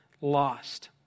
lost